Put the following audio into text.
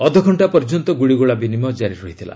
ଅଧଘକ୍ଷା ପର୍ଯ୍ୟନ୍ତ ଗୁଳିଗୋଳା ବିନିମୟ ଜାରି ରହିଥିଲା